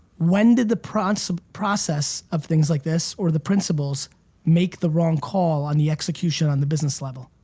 when did the process process of things like this or the principles make the wrong call on the execution, on the business level?